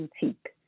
boutique